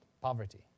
poverty